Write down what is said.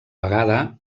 vegada